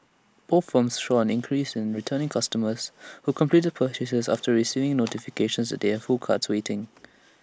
both firms saw an increase in returning customers who completed purchases after receiving notifications that they had full carts waiting